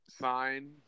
sign